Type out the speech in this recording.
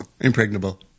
Impregnable